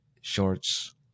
shorts